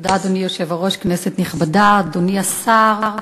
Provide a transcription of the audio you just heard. אדוני היושב-ראש, תודה, כנסת נכבדה, אדוני השר,